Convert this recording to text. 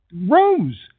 Rose